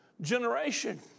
generation